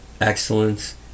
excellence